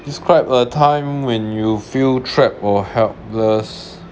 describe a time when you feel trapped or helpless